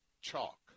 chalk